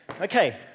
Okay